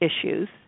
issues